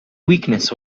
weakness